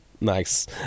Nice